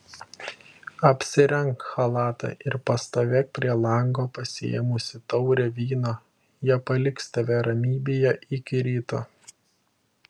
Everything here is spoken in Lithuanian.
apsirenk chalatą ir pastovėk prie lango pasiėmusi taurę vyno jie paliks tave ramybėje iki ryto